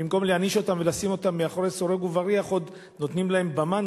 במקום להעניש אותם ולשים אותם מאחורי סורג ובריח עוד נותנים להם במה,